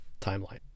timeline